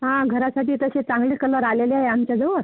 हां घरासाठी तसे चांगले कलर आलेले आहे आमच्याजवळ